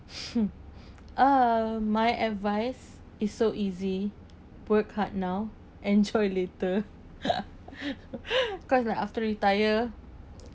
uh my advice is so easy work hard now enjoy later cause like after retire